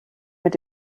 mit